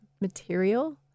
material